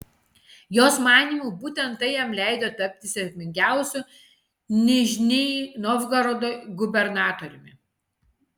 jos manymu būtent tai jam leido tapti sėkmingiausiu nižnij novgorodo gubernatoriumi